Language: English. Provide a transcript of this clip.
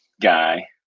guy